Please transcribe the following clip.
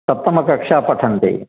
सप्तमकक्षा पठन्ति